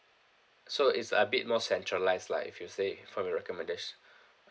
so it's a bit more centralised lah if you say from your recommendation